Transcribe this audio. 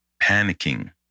panicking